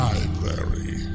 Library